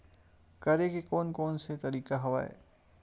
करे के कोन कोन से तरीका हवय?